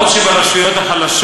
400 מיליון.